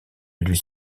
lui